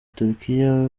turukiya